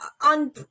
on –